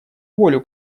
волю